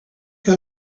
how